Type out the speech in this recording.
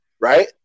Right